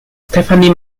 stephanie